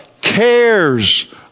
cares